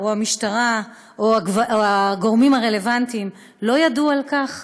המשטרה או הגורמים הרלוונטיים לא ידעו על כך?